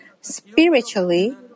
spiritually